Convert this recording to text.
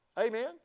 Amen